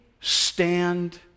stand